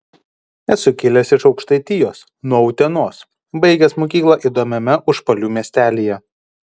esu kilęs iš aukštaitijos nuo utenos baigęs mokyklą įdomiame užpalių miestelyje